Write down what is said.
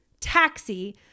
taxi